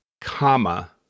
comma